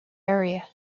area